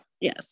Yes